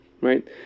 right